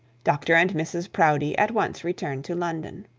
dr and mrs proudie at once returned to london.